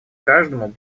каждому